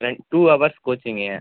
rent two hours coaching